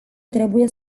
trebuie